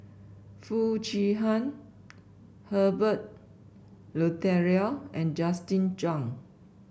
Foo Chee Han Herbert Eleuterio and Justin Zhuang